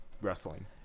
Wrestling